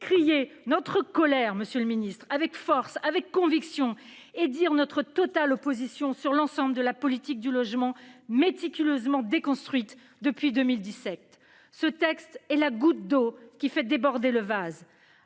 crier notre colère avec force et conviction et dire notre totale opposition à l'ensemble de la politique du logement méticuleusement déconstruite depuis 2017. Ce texte est la goutte d'eau qui fait déborder le vase.